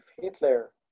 Hitler